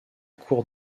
cour